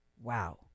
wow